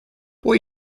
può